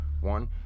One